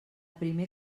primer